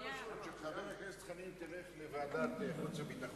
והיתר ילכו לוועדת,